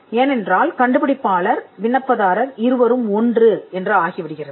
ஏனென்றால் கண்டுபிடிப்பாளர் விண்ணப்பதாரர் இருவரும் ஒன்று என்று ஆகிவிடுகிறது